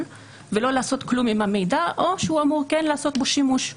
ולא לעשות כלום עם המידע או שהוא אמור כן לעשות בו שימוש?